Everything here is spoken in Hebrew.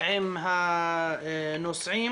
עם הנוסעים